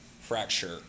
fracture